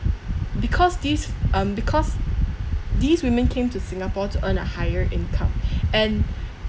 because these um because these women came to singapore to earn a higher income and